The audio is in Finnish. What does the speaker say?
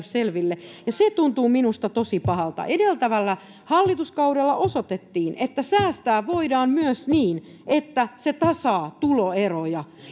selville ja se tuntuu minusta tosi pahalta edeltävällä hallituskaudella osoitettiin että säästää voidaan myös niin että se tasaa tuloeroja